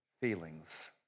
Feelings